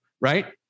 Right